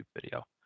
video